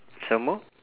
some more